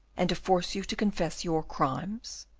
and to force you to confess your crimes.